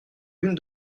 l’une